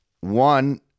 One